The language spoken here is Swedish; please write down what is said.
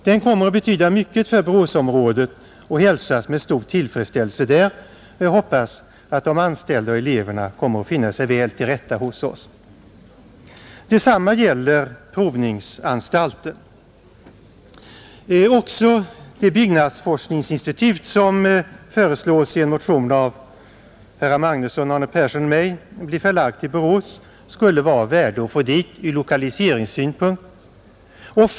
Den kommer att betyda mycket för Boråsområdet och hälsas med stor tillfredsställelse där, Jag hoppas att de anställda och eleverna kommer att finna sig väl till rätta hos oss, Detsamma gäller provningsanstalten, Också det byggnadsforskningsinstitut som i en motion av herr Magnusson i Borås, herr Persson i Heden och mig föreslås bli förlagt till Borås skulle ur lokaliseringssynpunkt vara av värde att få dit.